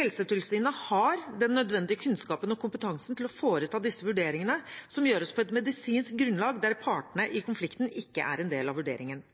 Helsetilsynet har den nødvendige kunnskapen og kompetansen til å foreta disse vurderingene, som gjøres på et medisinsk grunnlag, og der partene i konflikten ikke er en del av vurderingen.